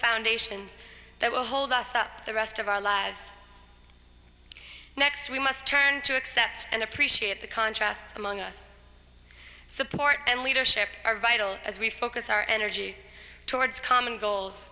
foundations that will hold us up the rest of our lives next we must turn to accept and appreciate the contrasts among us support and leadership are vital as we focus our energy towards common goals